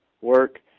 work